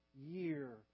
year